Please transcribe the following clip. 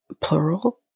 plural